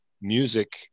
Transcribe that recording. music